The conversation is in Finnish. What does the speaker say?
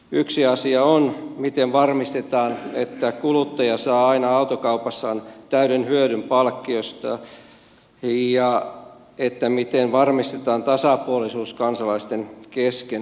yksi asia on miten varmistetaan että kuluttaja saa aina autokaupassaan täyden hyödyn palkkiosta ja miten varmistetaan tasapuolisuus kansalaisten kesken